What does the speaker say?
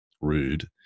rude